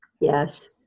Yes